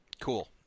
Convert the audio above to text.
Cool